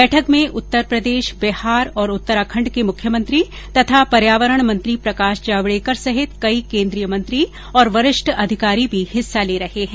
बैठक में उत्तर प्रदेश बिहार और उत्तराखंड के मुख्यमंत्री तथा पर्यावरण मंत्री प्रकाश जावड़ेकर सहित कई केंद्रीय मंत्री और वरिष्ठ अधिकारी भी हिस्सा ले रहे हैं